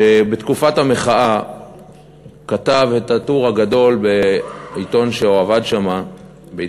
שבתקופת המחאה כתב את הטור הגדול בעיתון שהוא עבד בו,